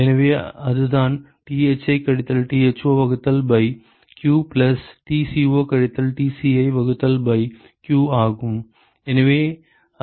எனவே அதுதான் Thi கழித்தல் Tho வகுத்தல் பை q பிளஸ் Tco கழித்தல் Tci வகுத்தல் பை q ஆகும்